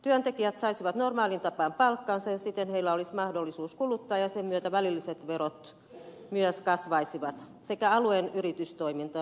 työntekijät saisivat normaaliin tapaan palkkansa ja siten heillä olisi mahdollisuus kuluttaa ja sen myötä välilliset verot myös kasvaisivat sekä alueen yritystoiminta vilkastuisi